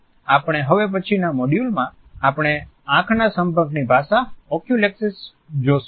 આપણા હવે પછી ના મોડ્યુલમાં આપણે આંખના સંપર્કની ભાષા એક્યુલિસિક્સ જોશું